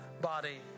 body